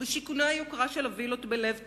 בשיכוני היוקרה של הווילות בלב תל-אביב.